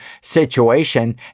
situation